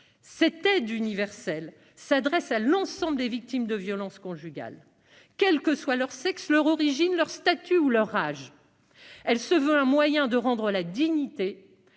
Cette aide universelle s'adresse à l'ensemble des victimes de violences conjugales, quels que soient leur sexe, leur origine, leur statut ou leur âge. Elle se veut un moyen de rendre aux